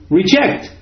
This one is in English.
reject